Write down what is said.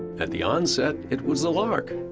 at the onset, it was a lark.